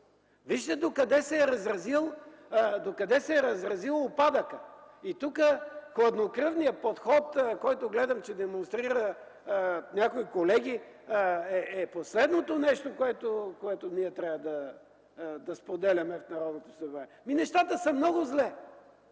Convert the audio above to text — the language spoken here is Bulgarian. Вижте докъде се е разразил упадъкът! Тук хладнокръвният подход, който гледам, че демонстрират някои колеги, е последното нещо, което ние трябва да споделяме в Народното събрание. Ами нещата са много зле!